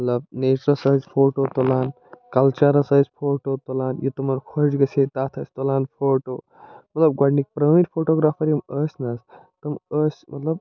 مطلب نٮ۪چٕرَس ٲسۍ فوٹو تُلان کَلچَرَس ٲسۍ فوٹو تُلان یہِ تِمَن خۄش گژھِ ہے تَتھ ٲسۍ تُلان فوٹو مطلب گۄڈٕنِک پرٲنۍ فوٹوگرافَر یِم ٲسۍ نہٕ حظ تم ٲسۍ مطلب